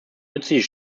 nützliche